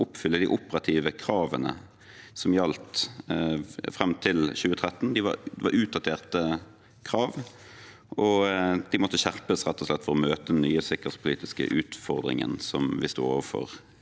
oppfylle de operative kravene som gjaldt fram til 2013. Det var utdaterte krav, og de måtte rett og slett skjerpes for å møte den nye sikkerhetspolitiske utfordringen som vi sto overfor